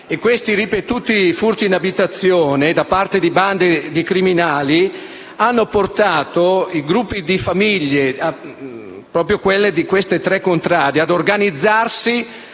Questi ripetuti furti in abitazione da parte di bande di criminali hanno portato i gruppi di famiglie di queste tre contrade ad organizzarsi